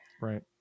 Right